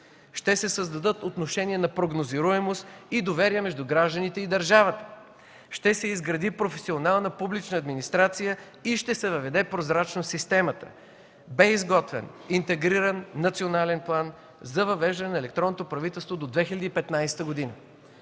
Ще се създадат отношения на прогнозируемост и доверие между гражданите и държавата. Ще се изгради професионална публична администрация и ще се въведе прозрачност в системата. Бе изготвен Интегриран национален план за въвеждане на електронното правителство до 2015 г.